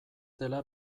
dela